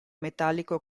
metallico